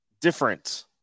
different